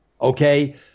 Okay